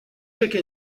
chaque